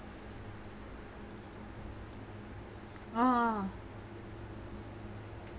orh